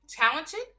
Talented